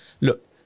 look